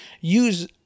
use